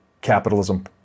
capitalism